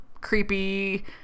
creepy